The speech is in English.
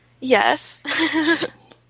Yes